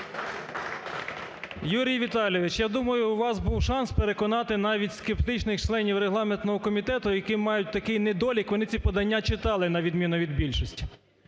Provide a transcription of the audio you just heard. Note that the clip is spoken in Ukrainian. Юрій Віталійович, я думаю, у вас був шанс переконати навіть скептичних членів регламентного комітету, які мають такий недолік: вони ці подання читали, на відміну від більшості.